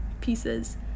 pieces